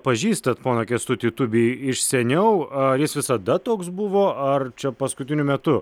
pažįstat poną kęstutį tubį iš seniau a jis visada toks buvo ar čia paskutiniu metu